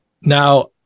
Now